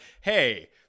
hey